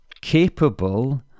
capable